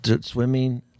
Swimming